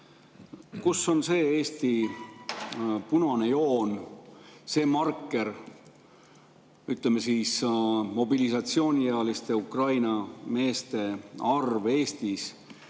Kus on Eesti punane joon, see marker, ütleme, mobilisatsiooniealiste Ukraina meeste arv Eestis,